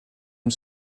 ils